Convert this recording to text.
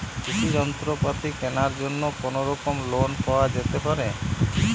কৃষিযন্ত্রপাতি কেনার জন্য কোনোরকম লোন পাওয়া যেতে পারে?